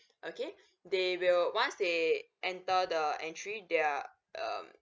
okay they will once they enter the entry their um